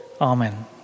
amen